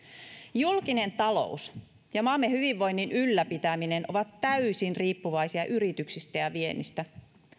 julkinen talous ja maamme hyvinvoinnin ylläpitäminen ovat täysin riippuvaisia yrityksistä ja viennistä